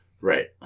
Right